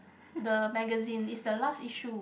the magazine is the last issue